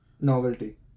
Novelty